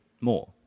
more